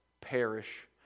perish